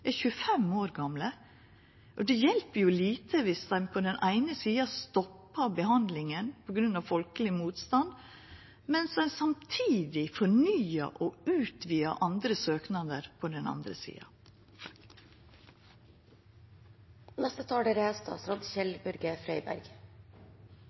er 25 år gamle. Det hjelper jo lite viss ein på den eine sida stoppar behandlinga på grunn av folkeleg motstand, mens ein på den andre sida samtidig fornyar og utvidar andre søknader.